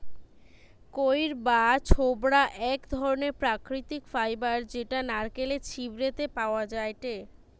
কইর বা ছোবড়া এক ধরণের প্রাকৃতিক ফাইবার যেটা নারকেলের ছিবড়ে তে পাওয়া যায়টে